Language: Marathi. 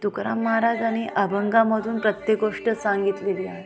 तुकाराम महाराजांनी अभंगामधून प्रत्येक गोष्ट सांगितलेली आहे